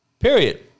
Period